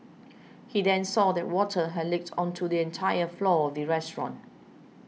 he then saw that water had leaked onto the entire floor of the restaurant